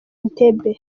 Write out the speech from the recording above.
entebbe